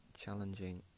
challenging